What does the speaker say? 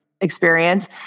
experience